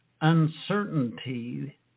uncertainty